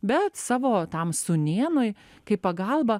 bet savo tam sūnėnui kaip pagalbą